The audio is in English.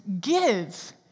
Give